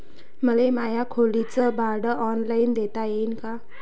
मले माया खोलीच भाड ऑनलाईन देता येईन का?